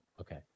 Okay